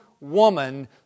woman